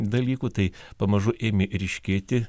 dalykų tai pamažu ėmė ryškėti